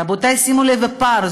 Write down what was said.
רבותי, שימו לב לפער.